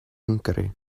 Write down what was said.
hwngari